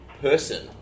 person